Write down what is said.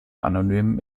anonymen